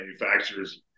manufacturers